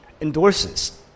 endorses